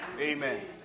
Amen